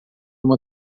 uma